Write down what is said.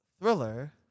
Thriller